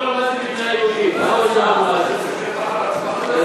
זה